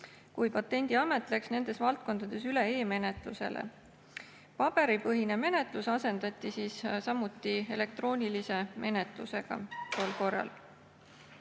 kui Patendiamet läks nendes valdkondades üle e-menetlusele. Paberipõhine menetlus asendati samuti elektroonilise menetlusega tol korral.